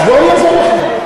אז בוא ואני אעזור לך.